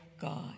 God